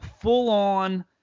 full-on